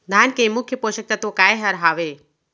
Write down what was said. धान के मुख्य पोसक तत्व काय हर हावे?